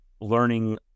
learning